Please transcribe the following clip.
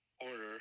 order